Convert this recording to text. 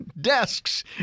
desks